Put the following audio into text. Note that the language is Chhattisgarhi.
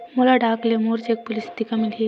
मोला डाक ले मोर चेक पुस्तिका मिल गे हे